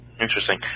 Interesting